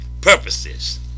purposes